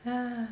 yeah